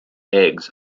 eggs